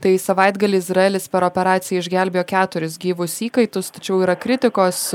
tai savaitgalį izraelis per operaciją išgelbėjo keturis gyvus įkaitus tačiau yra kritikos